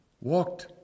walked